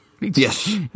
Yes